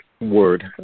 word